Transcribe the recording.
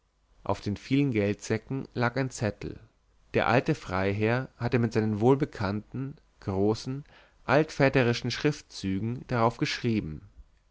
auf den vielen geldsäcken lag ein zettel der alte freiherr hatte mit seinen wohlbekannten großen altväterischen schriftzügen darauf geschrieben